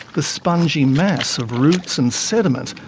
the spongy mass of roots and sediment,